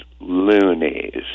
loonies